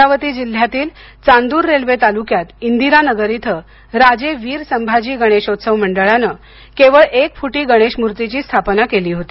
अमरावती जिल्ह्यातील चांदूर रेल्वे तालुक्यात इंदिरानगर इथं राजे वीर संभाजी गणेशोत्सव मंडळाने केवळ एक फुटाच्या गणेश मूर्तीची स्थापना केली होती